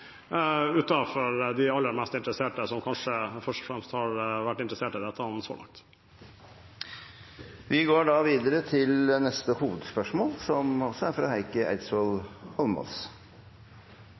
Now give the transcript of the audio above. de aller mest interesserte, som kanskje først og fremst har vært interessert i dette så langt. Vi går til neste hovedspørsmål. Skal en få gjort noe med problemer som det er